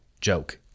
joke